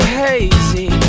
hazy